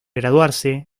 graduarse